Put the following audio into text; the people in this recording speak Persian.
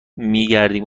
میگردیم